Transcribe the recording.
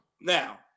now